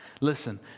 Listen